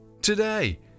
today